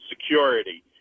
security